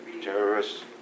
Terrorists